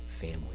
family